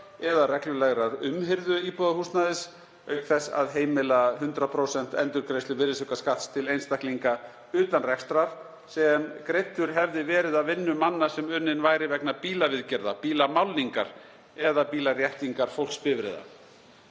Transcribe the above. eða reglulegrar umhirðu íbúðarhúsnæðis auk þess að heimila 100% endurgreiðslu virðisaukaskatts til einstaklinga utan rekstrar sem greiddur hefði verið af vinnu manna sem unnin væri vegna bílaviðgerða, bílamálningar eða bílaréttingar fólksbifreiða.